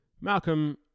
Malcolm